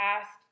past